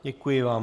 Děkuji vám.